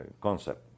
concept